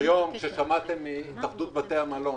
כששמעתם היום מהתאחדות בתי המלון